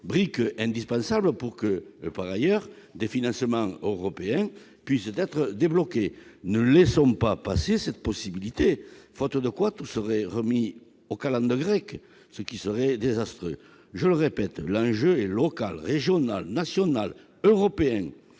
brique indispensable pour que des financements européens puissent être débloqués. Ne laissons pas passer cette possibilité, faute de quoi tout serait remis aux calendes grecques, ce qui serait désastreux ! Je le répète, l'enjeu est local, régional, national, européen.